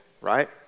right